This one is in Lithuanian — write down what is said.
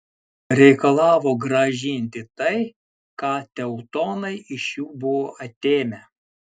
reikalavo grąžinti tai ką teutonai iš jų buvo atėmę